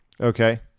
Okay